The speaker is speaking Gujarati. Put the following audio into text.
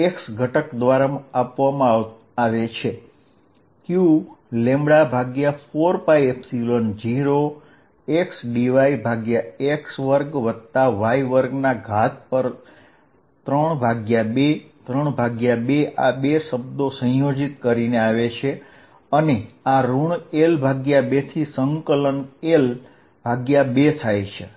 x ઘટક દ્વારા આપવામાં આવે છે જે qλ4π0 L2L2xdyx2y232 છે જે મને qλx4π0 L2L2dyx2y232 આપે છે